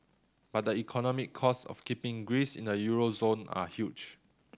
but the economic cost of keeping Greece in the euro zone are huge